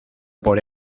por